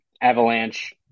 Avalanche